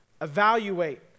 Evaluate